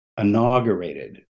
inaugurated